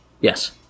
Yes